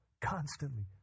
constantly